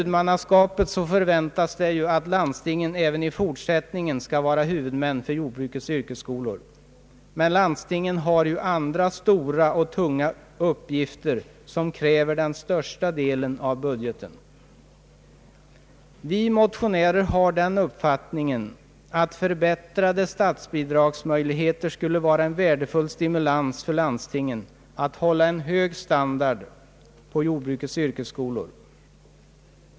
Det förväntas ju att landstingen även i fortsättningen skall vara huvudmän för jordbrukets yrkesskolor. Men landstingen har som bekant andra stora och tunga uppgifter, som kräver den största delen av budgeten. Vi motionärer har den uppfattningen att förbättrade statsbidragsmöjligheter skulle vara en värdefull stimulans för landstingen att hålla en hög standard på jordbrukets yr kesskolor.